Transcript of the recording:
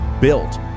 built